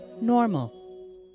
normal